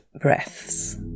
breaths